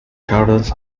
gardens